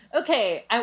Okay